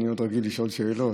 אני עוד רגיל לשאול שאלות.